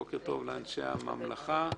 בוקר טוב לאנשי הממלכה,